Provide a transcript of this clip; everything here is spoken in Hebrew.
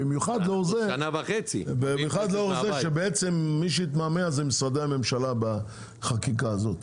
במיוחד לאור זה שבעצם מי שהתמהמה זה משרדי הממשלה בחקיקה הזאת.